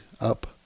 up